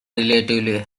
relatively